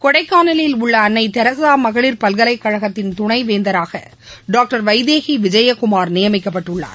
கொடைக்கானிலில் உள்ள அன்னை தெரசா மகளிர் பல்கலைக்கழகத்தின் துணை வேந்தராக டாக்டர் வைதேகி விஜயகுமார் நியமிக்கப்பட்டுள்ளார்